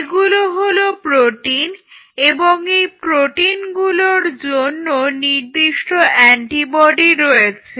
এগুলো হলো প্রোটিন এবং এই প্রোটিনগুলোর জন্য নির্দিষ্ট অ্যান্টিবডি রয়েছে